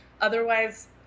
otherwise